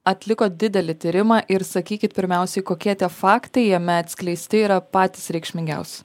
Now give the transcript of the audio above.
atlikot didelį tyrimą ir sakykit pirmiausiai kokie tie faktai jame atskleisti yra patys reikšmingiausi